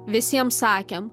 visiems sakėm